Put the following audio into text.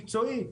מקצועי,